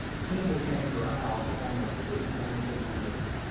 soon we came to a house, on the very bank of the river,